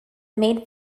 maid